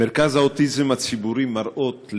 מרכז האוטיזם הציבורי "מראות",